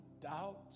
doubt